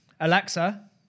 Alexa